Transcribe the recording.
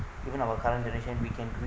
even our current generation we can do it